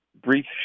brief